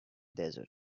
desert